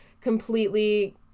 completely